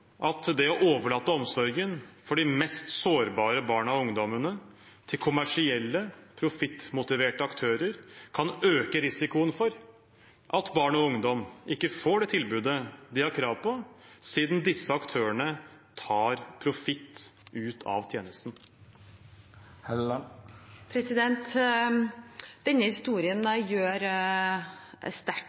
at det å overlate omsorgen for de mest sårbare barna og ungdommene til kommersielle, profittmotiverte aktører kan øke risikoen for at barn og ungdom ikke får det tilbudet de har krav på, ettersom disse aktørene tar profitt ut av tjenesten?» Denne historien gjør sterkt